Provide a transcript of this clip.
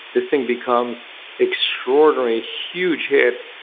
this thing becomes extraordinary huge hit,